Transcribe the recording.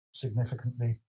significantly